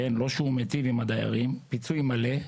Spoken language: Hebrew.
לא שהוא מיטיב עם הדיירים אבל פיצוי מלא,